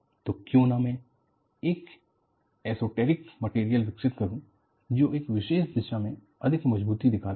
तो क्यों न मैं एक एसोटेरिक मटेरियल विकसित करू जो एक विशेष दिशा में अधिक मजबूती दिखाता है